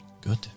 Good